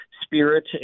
Spirit